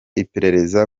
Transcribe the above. iperereza